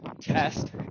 test